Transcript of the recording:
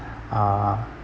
uh